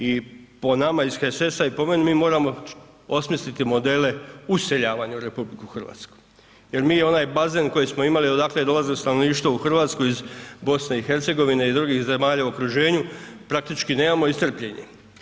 I po nama iz HSS-a i po meni, mi moramo osmisliti modele useljavanja u RH jer mi onaj bazen koji smo imali, odakle je dolazilo stanovništvo u RH iz BiH i drugih zemalja u okruženju, praktički nemamo, iscrpljen je.